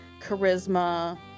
charisma